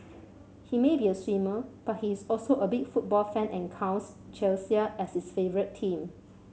he may be a swimmer but he is also a big football fan and counts Chelsea as his favourite team